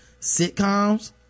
sitcoms